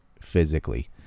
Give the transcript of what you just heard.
physically